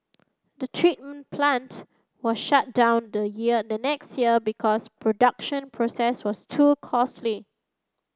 the treat plant was shut down the year the next year because production process was too costly